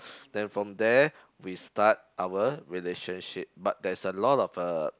then from there we start our relationship but there's a lot of uh